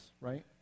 right